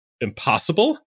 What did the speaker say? impossible